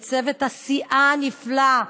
את צוות הסיעה הנפלא.